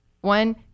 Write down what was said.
One